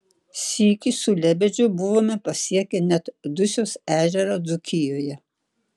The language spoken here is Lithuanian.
sykį su lebedžiu buvome pasiekę net dusios ežerą dzūkijoje